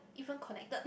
even connected